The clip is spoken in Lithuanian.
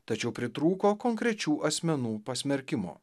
tačiau pritrūko konkrečių asmenų pasmerkimo